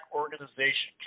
organization